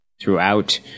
Throughout